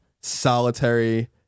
solitary